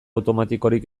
automatikorik